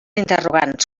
interrogants